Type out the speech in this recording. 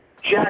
Jack